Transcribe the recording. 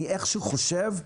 אני איכשהו חושב,